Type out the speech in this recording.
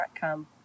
come